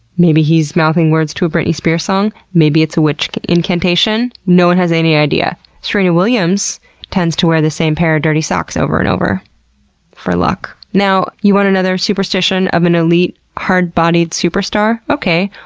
maybe he's mouthing words to a britney spears song. maybe it's a witchy incantation. no one has any idea. serena williams tends to wear the same pair of dirty socks over and over for luck. now, you want another superstition of an elite hard bodied super star? okay.